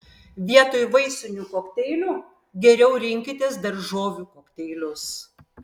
vietoj vaisinių kokteilių geriau rinkitės daržovių kokteilius